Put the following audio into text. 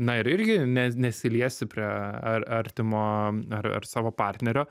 na ir irgi ne nesiliesti prie ar artimo ar savo partnerio